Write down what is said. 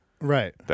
Right